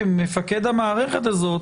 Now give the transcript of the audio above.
כמפקד המערכת הזאת,